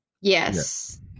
Yes